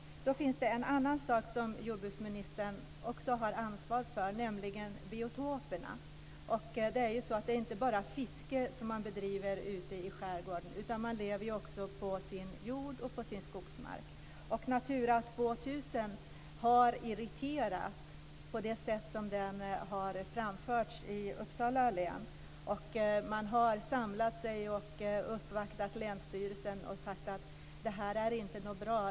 Det finns en annan sak som jordbruksministern har ansvar för, nämligen biotoperna. Det är inte bara fiske som man bedriver ute i skärgården utan man lever också på sin jord och på sin skogsmark. Det sätt som Natura 2000 har presenterats i Uppsala län har irriterat många. Man har samlats och uppvaktat länsstyrelsen och sagt att det som har gjorts inte är bra.